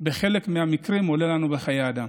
בחלק מהמקרים עולים לנו בחיי אדם.